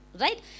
right